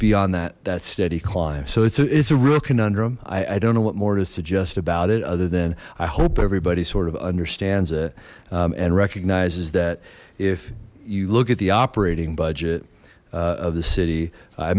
be on that that steady climb so it's a it's a real conundrum i i don't know what more to suggest about it other than i hope everybody sort of understands it and recognizes that if you look at the operating budget of the city i